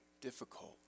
difficult